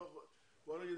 בואו נגיד,